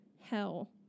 hell